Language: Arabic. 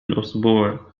الأسبوع